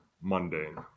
mundane